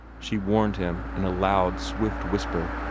she warned him, in a loud, swift whisper.